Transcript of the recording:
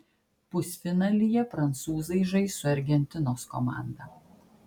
pusfinalyje prancūzai žais su argentinos komanda